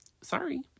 Sorry